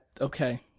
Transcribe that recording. okay